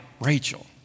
Rachel